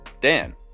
Dan